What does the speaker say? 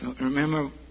remember